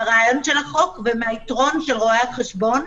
מהרעיון של החוק ומהיתרון של רואי החשבון,